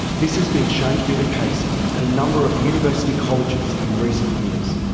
this has been shown to be the case at a number of university colleges in recent years.